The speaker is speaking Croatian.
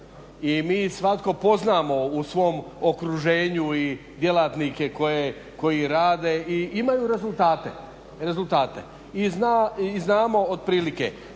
i mi svatko poznamo u svom okruženju i djelatnike koji rade i imaju rezultate i znamo otprilike.